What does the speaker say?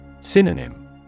Synonym